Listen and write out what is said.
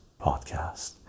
podcast